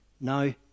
No